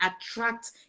attract